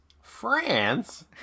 France